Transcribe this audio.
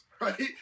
right